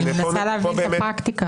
אני מנסה להבין את הפרקטיקה.